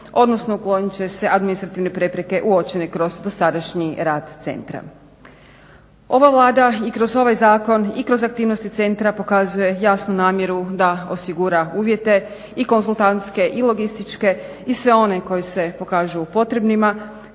odnosno uklonit će se administrativne prepreke uočene kroz dosadašnji rad centra. Ova Vlada i kroz ovaj zakon i kroz aktivnosti centra pokazuje jasnu namjeru da osigura uvjete i konzultantske i logističke i sve one koji se pokažu potrebnima